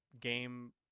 game